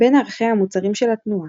בין ערכיה המוצהרים של התנועה